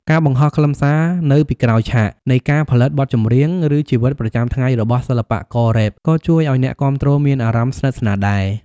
ការបង្ហោះខ្លឹមសារនៅពីក្រោយឆាក នៃការផលិតបទចម្រៀង ឬជីវិតប្រចាំថ្ងៃរបស់សិល្បកររ៉េប ក៏ជួយឲ្យអ្នកគាំទ្រមានអារម្មណ៍ស្និទ្ធស្នាលដែរ។